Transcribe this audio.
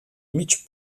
mig